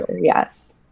Yes